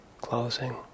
closing